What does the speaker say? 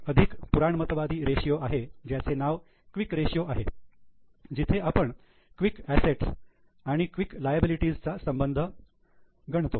एक अधिक पुराणमतवादी रेशियो आहे ज्याचे नाव क्विक रेशियो आहे जिथे आपण क्विक असेट्स आणि क्विक लायबिलिटी चा संबंध गणतो